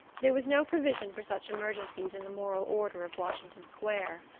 there was no provision for such emergencies in the moral order of washington square.